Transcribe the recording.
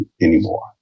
anymore